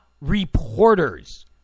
reporters